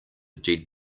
dead